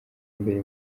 imbere